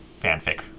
fanfic